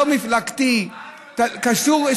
לא מפלגתי, אותך אני רוצה לשכנע.